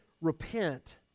repent